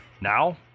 Now